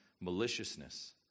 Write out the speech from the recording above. maliciousness